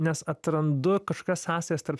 nes atrandu kažkokias sąsajas tarp